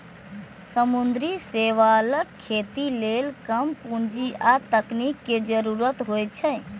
समुद्री शैवालक खेती लेल कम पूंजी आ तकनीक के जरूरत होइ छै